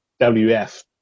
WF